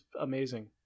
amazing